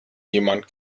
jemand